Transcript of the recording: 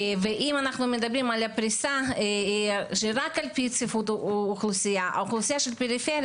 אני מתכבדת לפתוח את ישיבת ועדת הבריאות בנושא של תקנות מכשירים רפואיים